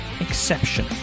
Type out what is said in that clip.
exception